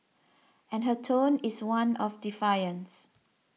and her tone is one of defiance